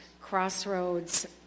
crossroads